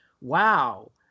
wow